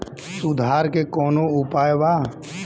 सुधार के कौनोउपाय वा?